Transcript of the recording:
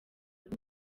ubwo